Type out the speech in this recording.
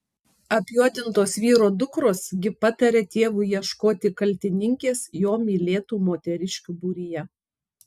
apjuodintos vyro dukros gi pataria tėvui ieškoti kaltininkės jo mylėtų moteriškių būryje